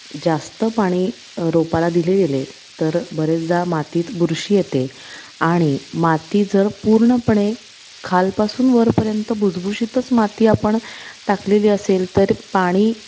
जास्त पाणी रोपाला दिले गेले तर बरेचदा मातीत बुरशी येते आणि माती जर पूर्णपणे खालपासून वरपर्यंत भुसभुशीतच माती आपण टाकलेली असेल तर पाणी